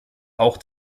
auch